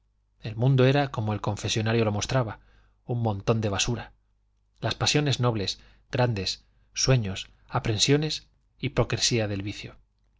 el mundo era como el confesonario lo mostraba un montón de basura las pasiones nobles grandes sueños aprensiones hipocresía del vicio